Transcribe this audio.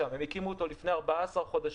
הקימו ופתחו לפני 14 חודשים,